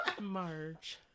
March